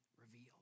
revealed